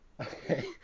Okay